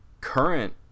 current